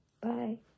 Bye